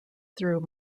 through